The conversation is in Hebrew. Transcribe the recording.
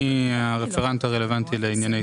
אני הרפרנט הרלוונטי לענייני ספורט.